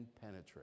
penetrate